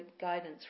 guidance